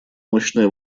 мощная